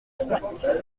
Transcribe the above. droite